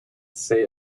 say